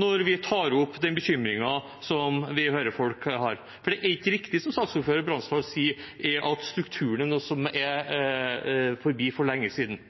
når vi tar opp den bekymringen som vi hører folk har. For det er ikke riktig som saksordfører Bransdal sier, at strukturen er noe som er forbi for lenge siden.